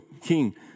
king